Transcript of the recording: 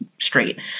straight